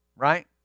Right